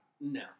No